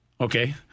okay